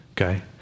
okay